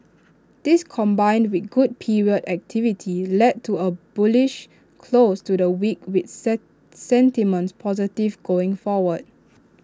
this combined with good period activity led to A bullish close to the week with sentiment positive going forward